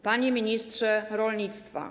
Panie Ministrze Rolnictwa!